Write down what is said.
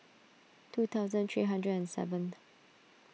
two thousand three hundred and seventh